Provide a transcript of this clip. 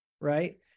right